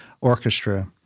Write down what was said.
orchestra